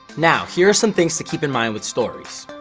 now, here are some things to keep in mind with stories.